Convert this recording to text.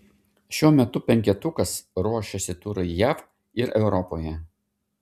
šiuo metu penketukas ruošiasi turui jav ir europoje